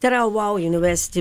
tai yra wow university